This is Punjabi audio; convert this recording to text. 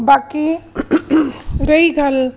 ਬਾਕੀ ਰਹੀ ਗੱਲ